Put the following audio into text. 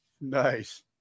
Nice